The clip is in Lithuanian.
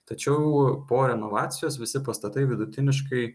tačiau po renovacijos visi pastatai vidutiniškai